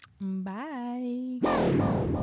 Bye